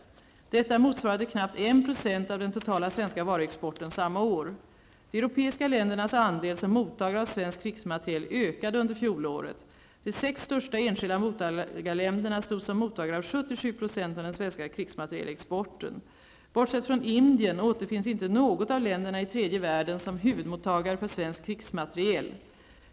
Detta motsvarade knappt 1 % av den totala svenska varuexporten samma år. De europeiska ländernas andel som mottagare av svensk krigsmateriel ökade under fjolåret. De sex största enskilda mottagarländerna stod som mottagare av 77 % av den svenska krigsmaterielexporten. Bortsett från Indien återfinns inte något av länderna i tredje världen som huvudmottagare för svenskt krigsmateriel.